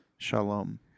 Shalom